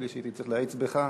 בלי שהייתי צריך להאיץ בך.